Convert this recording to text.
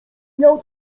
miał